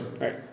Right